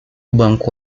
banco